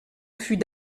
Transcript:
fut